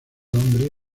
hombre